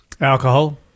Alcohol